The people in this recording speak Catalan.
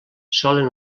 solen